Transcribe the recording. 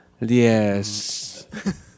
yes